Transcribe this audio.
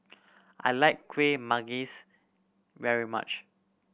I like Kuih Manggis very much